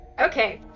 Okay